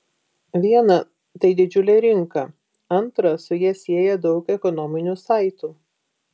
viena tai didžiulė rinka antra su ja sieja daug ekonominių saitų